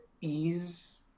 ease